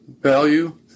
value